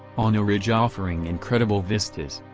on a ridge offering incredible vistas.